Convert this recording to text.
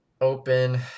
open